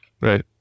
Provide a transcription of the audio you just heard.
Right